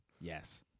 Yes